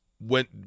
went